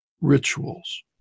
rituals